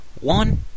one